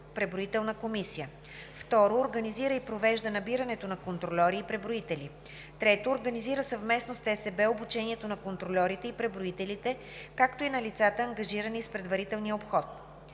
преброителна комисия; 2. организира и провежда набирането на контрольори и преброители; 3. организира съвместно с ТСБ обучението на контрольорите и преброителите, както и на лицата, ангажирани с предварителния обход;